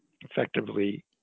effectively